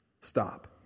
stop